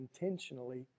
intentionally